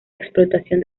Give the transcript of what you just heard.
explotación